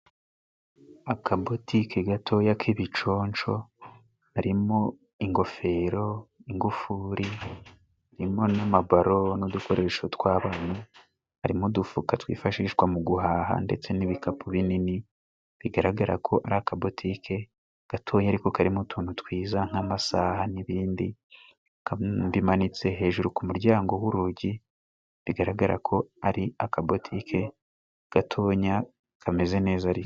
Akabotike gatoya k'ibiconco karimo :ingofero, ingufuri ,harimo n'amabaro, n'udukoresho tw'abana harimo udufuka twifashishwa mu guhaha ndetse n'ibikapu binini, bigaragarako ari akabotike gatoya ariko karimo utuntu twiza nk'amasaha n'ibindi bimanitse hejuru ku muryango w'urugi, bigaragarako ari akabotike gatonya kameze neza ri....